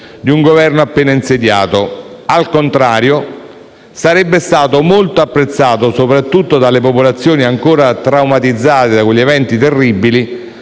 di un Governo appena insediato. Al contrario, sarebbe stato molto apprezzato, soprattutto dalle popolazioni ancora traumatizzate da quegli eventi terribili,